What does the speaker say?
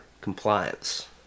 compliance